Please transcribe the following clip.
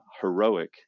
heroic